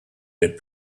that